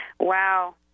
Wow